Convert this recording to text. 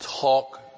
talk